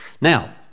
Now